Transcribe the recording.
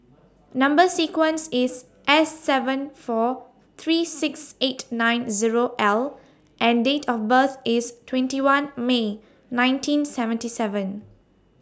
Number sequence IS S seven four three six eight nine Zero L and Date of birth IS twenty one May nineteen seventy seven